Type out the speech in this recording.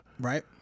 Right